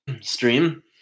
stream